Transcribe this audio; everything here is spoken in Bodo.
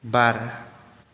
बार